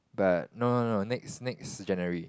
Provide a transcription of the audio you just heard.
but no no no next next January